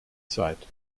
zeit